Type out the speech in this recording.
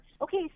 Okay